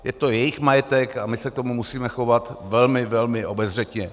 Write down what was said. Je to jejich majetek a my se k tomu musíme chovat velmi, velmi obezřetně.